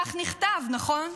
כך נכתב, נכון?